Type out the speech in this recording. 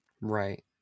Right